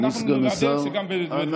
גם,